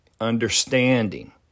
Understanding